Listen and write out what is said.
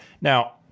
Now